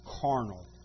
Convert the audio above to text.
carnal